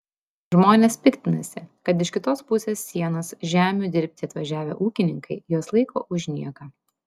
žmonės piktinasi kad iš kitos pusės sienos žemių dirbti atvažiavę ūkininkai juos laiko už nieką